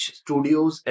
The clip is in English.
studios